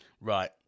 Right